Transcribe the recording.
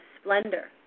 splendor